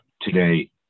today